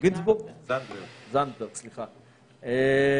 המכובד זנדברג נכון.